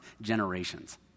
generations